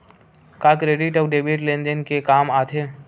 का क्रेडिट अउ डेबिट लेन देन के काम आथे?